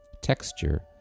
texture